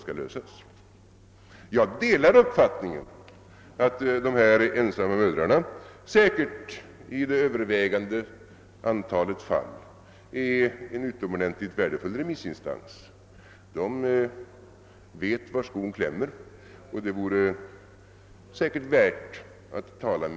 Jag delar uppfattningen att de ensamma mödrarna säkerligen i övervägande antalet fall är en utomordentligt värdefull remissinstans. De vet var skon klämmer.